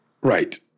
Right